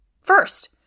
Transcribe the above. First